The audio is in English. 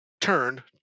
turn